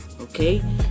okay